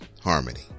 harmony